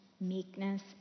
meekness